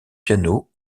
piano